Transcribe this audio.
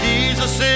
Jesus